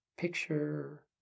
Picture